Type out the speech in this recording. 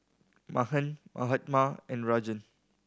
Mahan Mahatma and Rajan